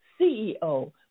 CEO